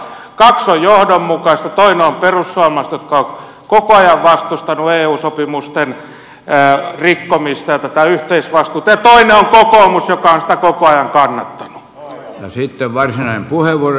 toinen on perussuomalaiset jotka ovat koko ajan vastustaneet eu sopimusten rikkomista ja tätä yhteisvastuuta ja toinen on kokoomus joka on sitä koko ajan kannattanut